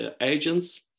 agents